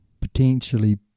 potentially